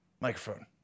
Microphone